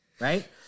right